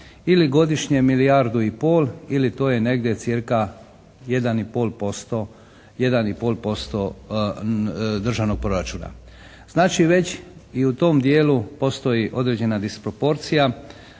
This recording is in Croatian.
ili godišnje milijardu i pol ili to je negdje cca. 1,5% državnog proračuna. Znači već i u tom dijelu postoji određene disproporcija